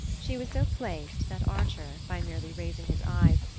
she was so placed that archer, by merely raising his eyes,